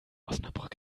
osnabrück